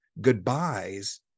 goodbyes